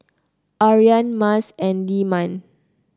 Aryan Mas and Leman